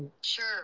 Sure